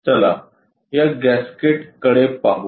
चला या गॅस्केट कडे पाहू